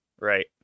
right